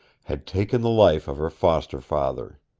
had taken the life of her foster-father.